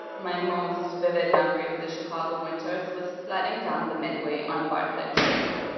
my most vivid memory of the chicago winters was sledding down the midway on bartlett trays.